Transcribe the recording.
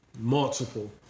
multiple